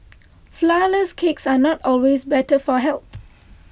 Flourless Cakes are not always better for health